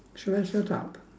should I shut up